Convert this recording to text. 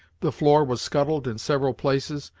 the floor was scuttled in several places,